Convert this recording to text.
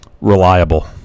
Reliable